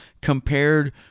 compared